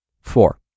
Four